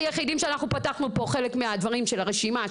היחידים שאנחנו פתחנו פה חלק מהדברים של הרשימה,